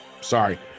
Sorry